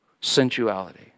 Sensuality